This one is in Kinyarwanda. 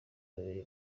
babiri